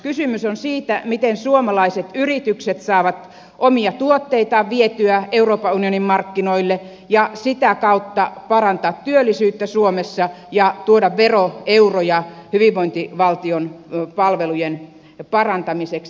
kysymys on siitä miten suomalaiset yritykset saavat omia tuotteitaan vietyä euroopan unionin markkinoille ja sitä kautta parannettua työllisyyttä suomessa ja tuotua veroeuroja hyvinvointivaltion palvelujen parantamiseksi